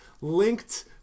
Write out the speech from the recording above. linked